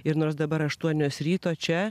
ir nors dabar aštuonios ryto čia